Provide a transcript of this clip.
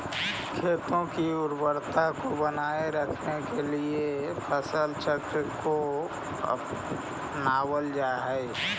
खेतों की उर्वरता को बनाए रखने के लिए फसल चक्र को अपनावल जा हई